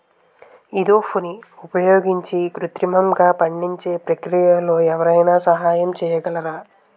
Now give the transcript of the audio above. ఈథెఫోన్ని ఉపయోగించి కృత్రిమంగా పండించే ప్రక్రియలో ఎవరైనా సహాయం చేయగలరా?